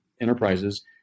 enterprises